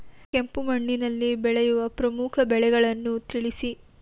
ಕೆಂಪು ಮಣ್ಣಿನಲ್ಲಿ ಬೆಳೆಯುವ ಪ್ರಮುಖ ಬೆಳೆಗಳನ್ನು ತಿಳಿಸಿ?